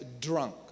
drunk